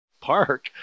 Park